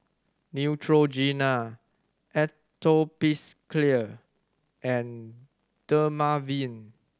Neutrogena Atopiclair and Dermaveen